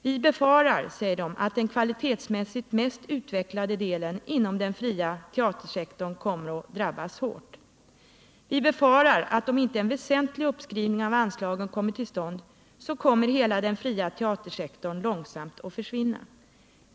Vi befarar att den kvalitetsmässigt mest välutvecklade delen inom den fria teatersektorn kommer att drabbas hårdast. Vi befarar, att om inte en väsentlig uppskrivning av anslagen kommer till stånd, kommer hela den fria teatersektorn långsamt att försvinna.